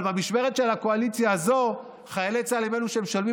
אבל במשמרת של הקואליציה הזו חיילי צה"ל הם שמשלמים